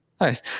nice